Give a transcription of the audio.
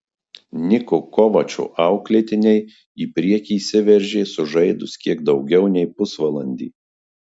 niko kovačo auklėtiniai į priekį išsiveržė sužaidus kiek daugiau nei pusvalandį